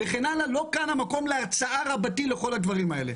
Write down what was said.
לא כאן המקום להרצאה רבתי על כל הדברים האלה.